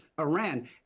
Iran